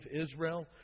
Israel